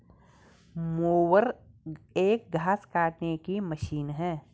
mower एक घास काटने की मशीन है